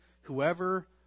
whoever